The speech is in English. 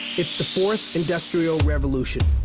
it's the fourth industrial revolution.